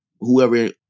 whoever